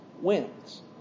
wins